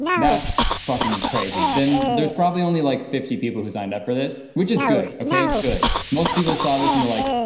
that's fucking crazy. then there's probably only like fifty people who signed up for this, which is good. okay, good. most people saw this and were like,